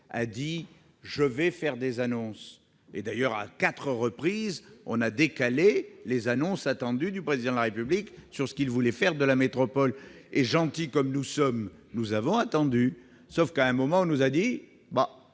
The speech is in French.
qu'il allait faire des annonces. D'ailleurs, à quatre reprises, on a décalé les annonces attendues du Président de la République sur ce qu'il voulait faire de la métropole. Et, gentils comme nous sommes, nous avons attendu, sauf qu'à un moment, on nous a dit :